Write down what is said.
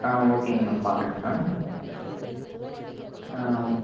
ஆ ஓகேங்க மேம் பார்க்குறேங்க மேம் ஆ